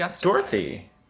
Dorothy